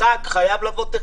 חייב לבוא טכנאי.